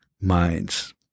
minds